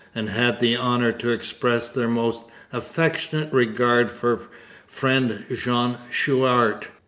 and had the honour to express their most affectionate regard for friend jean chouart.